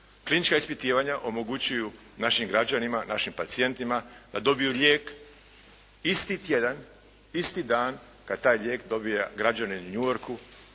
klinička ispitivanja omogućuju našim građanima, našim pacijentima da dobiju lijek isti tjedan, isti dan kada taj lijek dobija građanin u New Yorku,